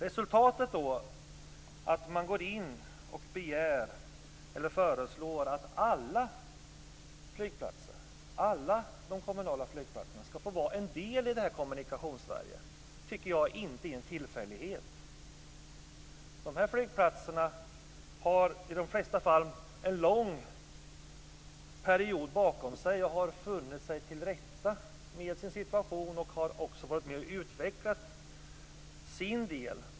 Resultatet, att man föreslår att alla kommunala flygplatser skall få vara en del av Kommunikationssverige, anser jag inte är en tillfällighet. De flesta av de här flygplatserna har en lång period bakom sig. Där har man funnit sig till rätta med sin situation och varit med och utvecklat sin del.